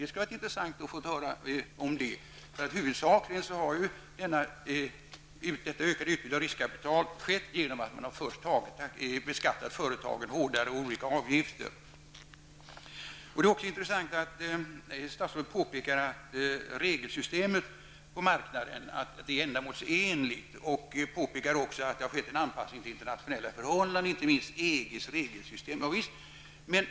Det skulle vara intressant att få höra något om det. Huvudsakligen har ju detta ökade utbud av riskkapital skett genom att beskatta företagen hårdare med olika avgifter. Det är också intressant att statsrådet påpekar att regelsystemet på marknaden är ändamålsenlig. Han påpekar också att det har skett en anpassning till internationella förhållanden, inte minst till EGs regelsystem.